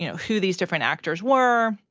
you know who these different actors were.